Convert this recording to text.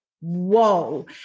whoa